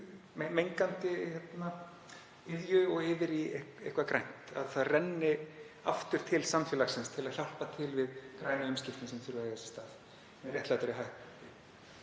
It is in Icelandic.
mengandi iðju og yfir í eitthvað grænt, það renni aftur til samfélagsins til að hjálpa til við grænu umskiptin sem þurfa að eiga sér stað